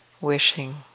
wishing